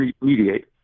Mediate